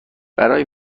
برای